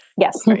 Yes